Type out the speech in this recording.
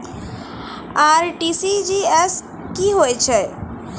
RTGS की होय छै?